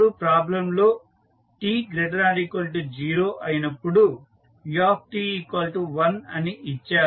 ఇప్పుడు ప్రాబ్లంలో t ≥ 0అయినప్పుడు u1అని ఇచ్చారు